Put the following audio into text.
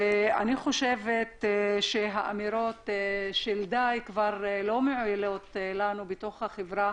אני חושבת שהאמירות של "די כבר" לא מועילות לנו בתוך החברה